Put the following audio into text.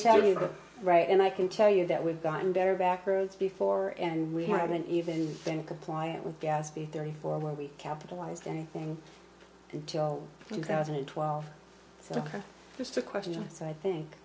tell you that right and i can tell you that we've gotten better backroads before and we haven't even been compliant with gas be there before we capitalized anything until two thousand and twelve so just a question so i think